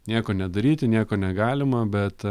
nieko nedaryti nieko negalima bet